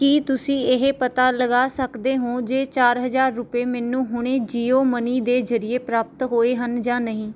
ਕੀ ਤੁਸੀਂਂ ਇਹ ਪਤਾ ਲਗਾ ਸਕਦੇ ਹੋ ਜੇ ਚਾਰ ਹਜ਼ਾਰ ਰੁਪਏ ਮੈਨੂੰ ਹੁਣੇ ਜੀਓ ਮਨੀ ਦੇ ਜ਼ਰੀਏ ਪ੍ਰਾਪਤ ਹੋਏ ਹਨ ਜਾਂ ਨਹੀਂ